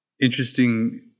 interesting